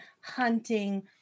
hunting